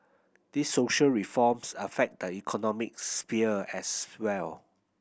these social reforms affect the economic sphere as well